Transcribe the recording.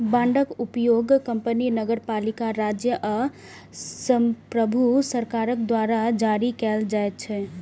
बांडक उपयोग कंपनी, नगरपालिका, राज्य आ संप्रभु सरकार द्वारा जारी कैल जाइ छै